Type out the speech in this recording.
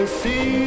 see